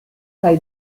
kaj